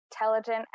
intelligent